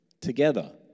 together